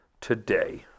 today